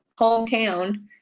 hometown